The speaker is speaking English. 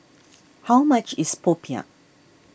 how much is Popiah